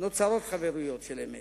נוצרות חברויות של אמת,